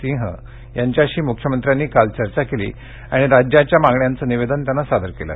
सिंग यांच्याशी मुख्यमंत्र्यांनी काल चर्चा केली आणि राज्याच्या मागण्यांचं निवेदन त्यांना सादर केलं